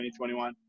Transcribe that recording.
2021